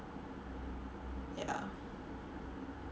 yeah